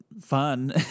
fun